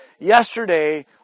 yesterday